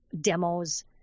demos